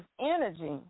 energy